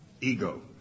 ego